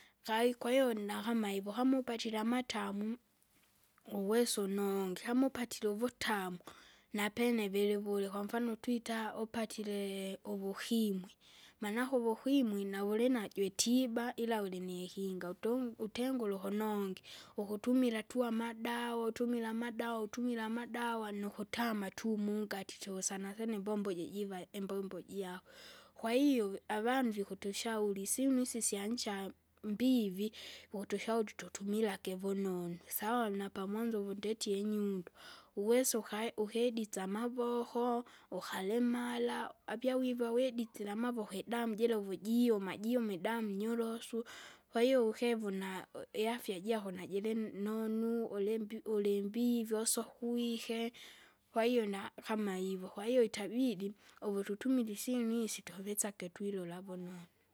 Kai kwahiyo nakama hivo, kama upatire amatamu, uwesa unonge, kama upatire uvutamu, napene vilivule kwamfano twita upatire uvukimwi. Manake uvukwimwi naulinojo itiba, ila ulinikinga, utung- utengure ukunongi, ukutumila tu amadawa, utumila amadawa utumila amadawa nukutama tu mungati tosa nasyene mbombo jijiva imbombo jako. Kwahiyo avandu vikutushauri isinu isyancha mbivi, ukutushauri tutumilake vunonu, sawa napamwanzo vundetie inyundo. Uwesa ukae uhedisa amavoko, ukalimala, apya wiva wedisila amavoko idamu jira uvujiuma, jiuma idamu nyorosu. Kwahiyo ikevuna u- iafya jako najili nonu, ulimbi- ulimbivi usokwike, kwahiyo na kama ivo, kwahiyo itabidi, uvu tutumila isyinu isyo tuhuwesake twilula vunonu.